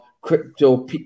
crypto